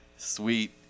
Sweet